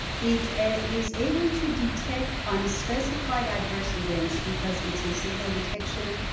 it is able to detect unspecified adverse events because it's a signal detection